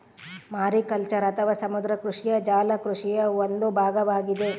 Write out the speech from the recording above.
mariculture ಅಥವಾ ಸಮುದ್ರ ಕೃಷಿಯು ಜಲ ಕೃಷಿಯ ಒಂದು ಭಾಗವಾಗಿದೆ